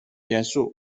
元素